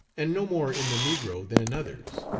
and no more in the negro than in others.